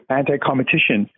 anti-competition